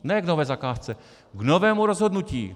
Ne k nové zakázce, k novému rozhodnutí.